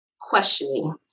questioning